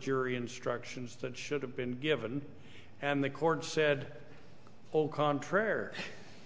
jury instructions that should have been given and the court said all contraire